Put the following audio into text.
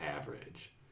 average